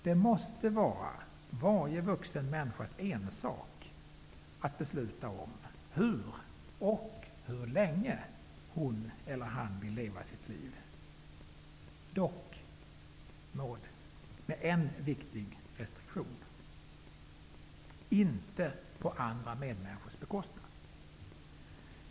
Det måste vara varje vuxen människas ensak att besluta om hur, och hur länge, hon eller han vill leva sitt liv -- dock med en viktig restriktion: inte på medmänniskors bekostnad!